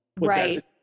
right